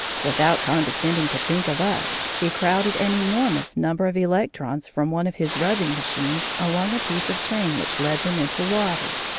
without condescending to think of us, he crowded an enormous number of electrons from one of his rubbing machines along a piece of chain which led them into water.